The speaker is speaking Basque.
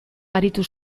aritu